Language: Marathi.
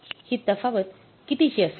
हि तफावत कितीची असेल